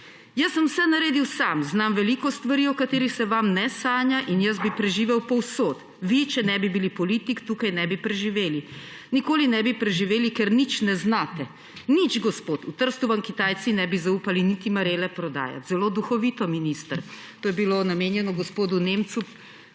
Jaz sem vse naredil sam. Znam veliko stvari, o katerih se vam ne sanja, in jaz bi preživel povsod. Vi, če ne bi bili politik, tukaj ne bi preživeli. Nikoli ne bi preživeli, ker nič ne znate. Nič, gospod. V Trstu vam Kitajci ne bi zaupali niti marele prodajati.« Zelo duhovito, minister. To je bilo namenjeno gospodu Nemcu,